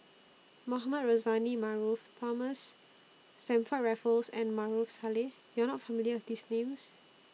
Mohamed Rozani Maarof Thomas Stamford Raffles and Maarof Salleh YOU Are not familiar with These Names